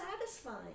satisfying